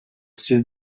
siz